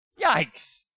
Yikes